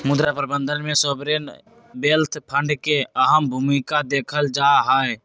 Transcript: मुद्रा प्रबन्धन में सॉवरेन वेल्थ फंड के अहम भूमिका देखल जाहई